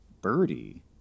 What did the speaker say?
Birdie